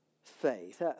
faith